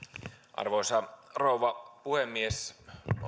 arvoisa rouva puhemies on